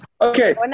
Okay